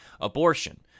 Abortion